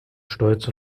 stolz